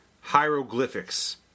hieroglyphics